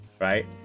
Right